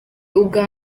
ubwa